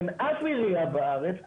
אין אף עירייה בארץ,